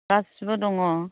गासिबो दङ